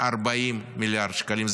40 מיליארד שקלים.